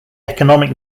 economic